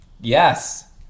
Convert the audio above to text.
Yes